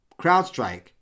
CrowdStrike